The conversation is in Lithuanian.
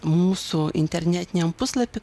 mūsų internetiniam puslapy